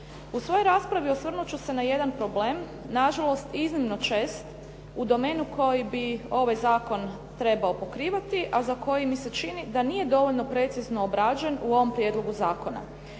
U svojoj raspravi osvrnut ću se na jedan problem, na žalost iznimno čest u domenu koji bi ovaj zakon trebao pokrivati, a za koji mi se čini da nije dovoljno precizno obrađen u ovom prijedlogu zakona.